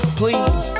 please